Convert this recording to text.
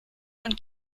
und